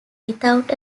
without